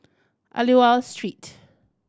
Aliwal Street